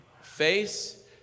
face